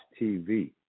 TV